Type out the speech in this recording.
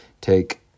take